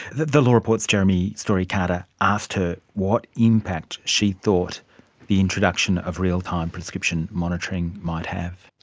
the the law report's jeremy story carter asked her what impact she thought the introduction of real-time prescription monitoring might have.